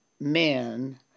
men